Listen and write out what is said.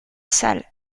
sale